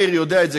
מאיר יודע את זה,